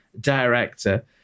director